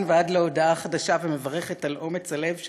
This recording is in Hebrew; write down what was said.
ועד להודעה חדשה ומברכת על אומץ הלב שלו.